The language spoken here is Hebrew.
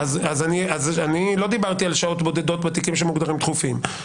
לא דיברתי על שעות בודדות בתיקים שמוגדרים דחופים.